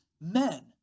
men